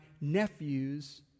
nephew's